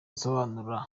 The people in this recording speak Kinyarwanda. nsobanura